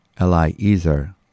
eliezer